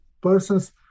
persons